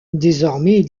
désormais